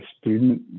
student